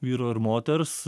vyro ir moters